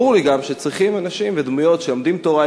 ברור לי גם שצריכים אנשים ודמויות שלומדים תורה,